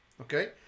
Okay